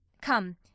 come